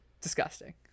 disgusting